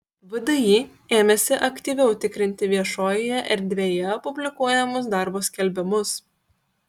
vdi ėmėsi aktyviau tikrinti viešojoje erdvėje publikuojamus darbo skelbimus